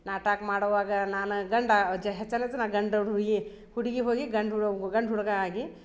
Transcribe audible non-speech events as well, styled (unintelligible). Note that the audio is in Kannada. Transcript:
ನಾಟಕ ಮಾಡುವಾಗ ನಾನು ಗಂಡ (unintelligible) ಗಂಡು ಹುಡ್ಗಿ ಹುಡುಗಿ ಹೋಗಿ ಗಂಡ ಹುಡ್ ಗಂಡ ಹುಡುಗ ಆಗಿ